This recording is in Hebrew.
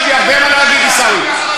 יש לי הרבה מה להגיד, עיסאווי.